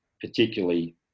particularly